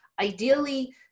Ideally